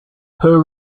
her